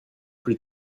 plus